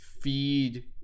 feed